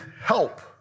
help